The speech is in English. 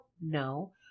No